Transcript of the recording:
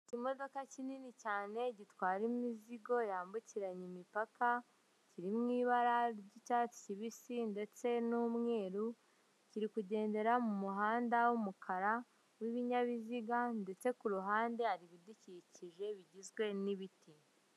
Ikimodoka kinini cyane gitwara imizigo yambukiranya imipaka kiri mu ibara ry'icyatsi kibisi ndetse n'umweru, kiri kugendera mu muhanda w'umukara w'ibinyabiziga ndetse ku ruhande hari ibidukikije bigizwe n'ibiti.